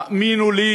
האמינו לי